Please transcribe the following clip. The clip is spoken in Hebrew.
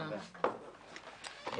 הישיבה ננעלה בשעה 11:55.